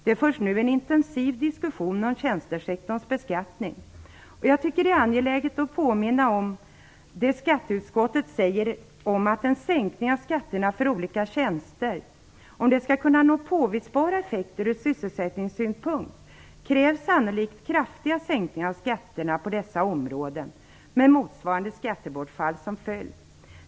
Det förs nu en intensiv diskussion om tjänstesektorns beskattning. Jag tycker att det är angeläget att påminna om det skatteutskottet säger, att om en sänkning av skatterna på olika tjänster skall kunna nå påvisbara effekter från sysselsättnignssynpunkt krävs sannolikt kraftiga sänkningar av skatterna på dessa områden, med motsvarande skattebortfall som följd.